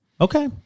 Okay